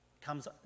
comes